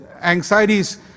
anxieties